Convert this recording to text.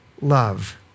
love